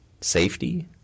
safety